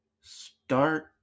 Start